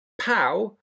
POW